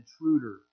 intruder